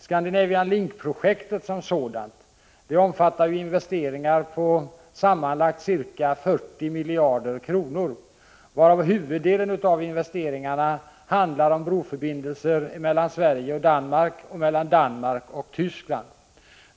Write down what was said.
Scandinavian Link-projektet som sådant omfattar investeringar på sam manlagt ca 40 miljarder kronor, varav huvuddelen gäller broförbindelser mellan Sverige och Danmark och mellan Danmark och Tyskland.